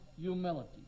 humility